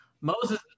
Moses